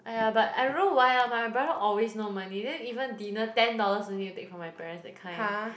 !aiya! but I don't know why lah my my brother always no money then even dinner ten dollars only take from my parents that kind